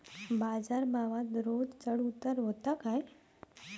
बाजार भावात रोज चढउतार व्हता काय?